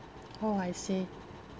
oh I see